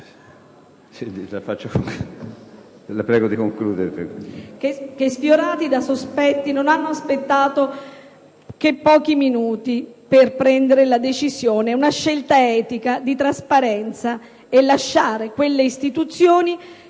che, sfiorati da sospetti, non hanno esitato che pochi minuti prima di prendere la decisione - una scelta etica, di trasparenza - e lasciare quelle istituzioni